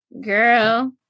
Girl